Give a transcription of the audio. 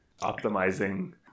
optimizing